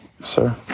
Sir